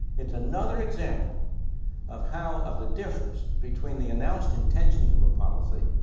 it's another example of how, of the difference between the announced intentions of a policy,